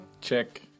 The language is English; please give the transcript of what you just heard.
check